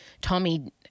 Tommy